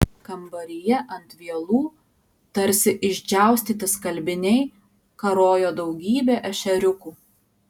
kambaryje ant vielų tarsi išdžiaustyti skalbiniai karojo daugybė ešeriukų